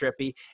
trippy